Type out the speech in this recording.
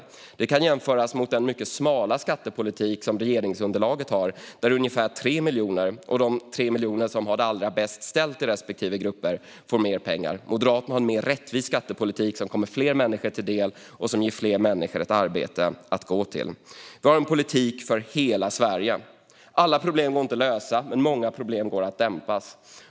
Detta kan jämföras med den mycket smala skattepolitik som regeringsunderlaget har, där ungefär 3 miljoner - de som har det allra bäst ställt i respektive grupp - får mer pengar. Moderaterna har en mer rättvis skattepolitik som kommer fler människor till del och som ger fler människor ett arbete att gå till. Vi har en politik för hela Sverige. Alla problem går inte att lösa, men många problem går att dämpa.